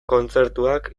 kontzertuak